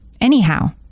anyhow